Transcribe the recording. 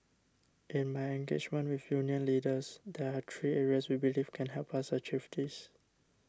in my engagement with union leaders there are three areas we believe can help us achieve this